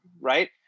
right